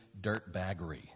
dirtbaggery